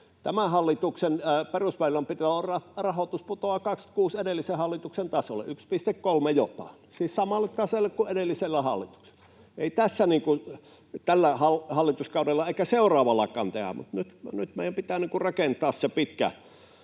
Tämän hallituksen perusväylänpidon rahoitus putoaa vuonna 26 edellisen hallituksen tasolle 1,3 jotain, siis samalle tasolle kuin edellisellä hallituksella. Ei tällä hallituskaudella eikä seuraavallakaan tehdä, mutta nyt meidän pitää rakentaa pitkä